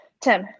tim